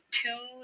two